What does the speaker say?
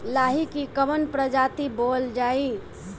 लाही की कवन प्रजाति बोअल जाई?